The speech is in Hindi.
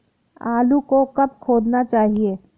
आलू को कब खोदना चाहिए?